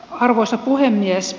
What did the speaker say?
arvoisa puhemies